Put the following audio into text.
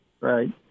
Right